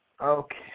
Okay